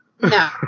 No